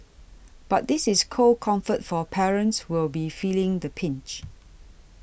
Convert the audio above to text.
but this is cold comfort for parents who'll be feeling the pinch